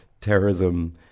terrorism